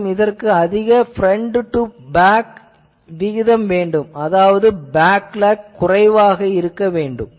மேலும் இதற்கு அதிக பிரண்ட் டூ பேக் விகிதம் வேண்டும் அதாவது பேக்லாக் குறைவாக இருக்க வேண்டும்